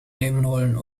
nebenrollen